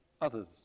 others